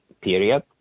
period